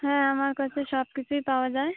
হ্যাঁ আমার কাছে সবকিছুই পাওয়া যায়